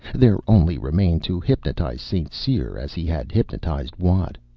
there only remained to hypnotize st. cyr as he had hypnotized watt.